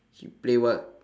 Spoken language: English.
he play what